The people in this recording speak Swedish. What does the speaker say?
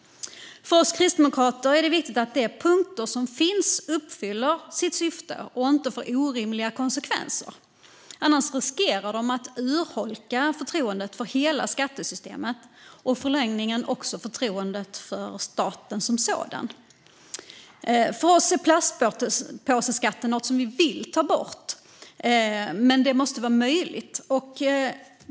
För oss kristdemokrater är det viktigt att de punktskatter som finns uppfyller sitt syfte och inte får orimliga konsekvenser, annars riskerar de att urholka förtroendet för hela skattesystemet och i förlängningen också förtroendet för staten som sådan. För oss är plastpåseskatten något vi vill ta bort, men det måste vara möjligt.